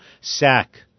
Sack